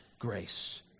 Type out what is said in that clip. grace